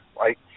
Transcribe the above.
Right